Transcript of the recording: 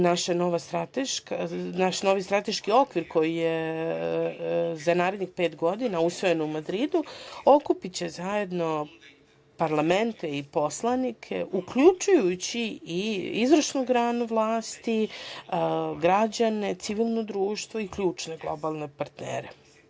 Naš novi strateški okvir koji je za narednih pet godina usvojen u Madridu okupiće zajedno parlamente i poslanike, uključujući i izvršnu granu vlasti, građane, civilno društvo i ključne globalne partnere.